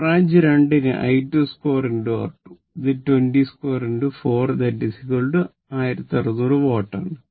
branch 2 ന് I 2 2 R 2 ഇത് 20 2 4 1600 watt ആണ്